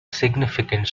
significant